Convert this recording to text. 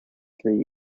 three